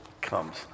comes